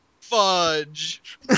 Fudge